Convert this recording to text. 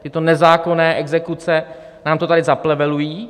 Tyto nezákonné exekuce nám to tady zaplevelují.